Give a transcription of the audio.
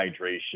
hydration